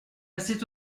cette